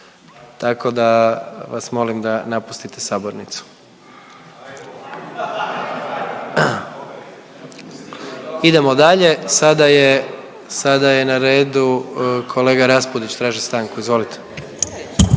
tako da vas molim da napustite sabornicu. Idemo dalje. Sada je, sada je na redu kolega Raspudić, traži stanku. Izvolite.